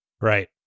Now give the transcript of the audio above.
Right